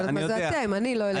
אני לא יודעת מה זה אתם?